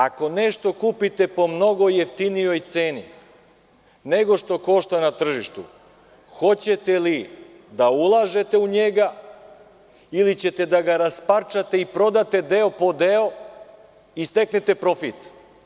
Ako nešto kupite po mnogo jeftinijoj ceni nego što košta na tržištu, hoćete li da ulažete u njega, ili ćete da ga rasparčate i prodate deo po deo i steknete profit?